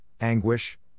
anguish